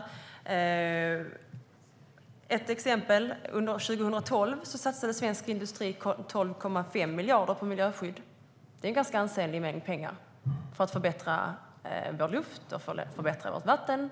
Låt mig ta ett exempel. Under 2012 satsade svensk industri 12,5 miljarder på miljöskydd. Det är en ganska ansenlig mängd pengar för att förbättra vår luft och vårt vatten.